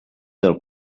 del